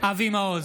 אבי מעוז,